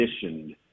conditioned